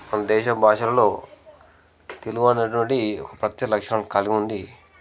మన దేశ భాషలలో తెలుగు అనేటటువంటిది ఒక ప్రత్యేక లక్షణం కలిగుంది